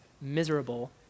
miserable